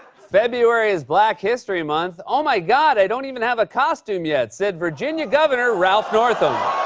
february is black history month. oh, my god, i don't even have a costume yet, said virginia governor ralph northam.